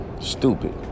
Stupid